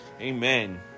Amen